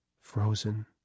frozen